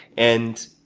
and,